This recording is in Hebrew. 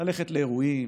ללכת לאירועים,